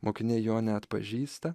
mokiniai jo neatpažįsta